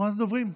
אחרונת הדוברים,